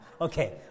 okay